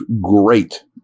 great